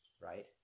right